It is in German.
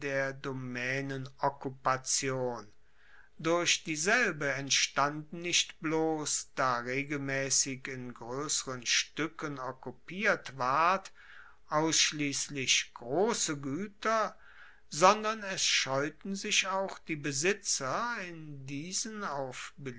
der domaenenokkupation durch dieselbe entstanden nicht bloss da regelmaessig in groesseren stuecken okkupiert ward ausschliesslich grosse gueter sondern es scheuten sich auch die besitzer in diesen auf